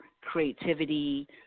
creativity